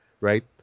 right